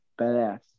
Badass